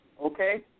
okay